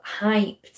hyped